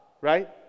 right